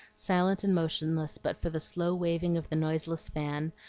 silent and motionless but for the slow waving of the noiseless fan,